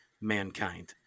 mankind